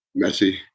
Messi